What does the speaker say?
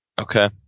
okay